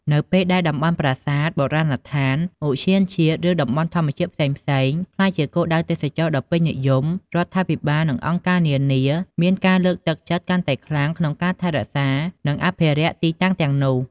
នៅពេលដែលតំបន់ប្រាសាទ បុរាណដ្ឋាន ឧទ្យានជាតិ ឬតំបន់ធម្មជាតិផ្សេងៗក្លាយជាគោលដៅទេសចរណ៍ដ៏ពេញនិយម រដ្ឋាភិបាល និងអង្គការនានាមានការលើកទឹកចិត្តកាន់តែខ្លាំងក្នុងការថែរក្សា និងអភិរក្សទីតាំងទាំងនោះ។